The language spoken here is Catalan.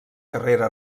carrera